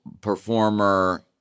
performer